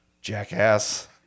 jackass